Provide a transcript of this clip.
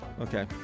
Okay